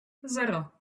zero